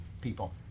people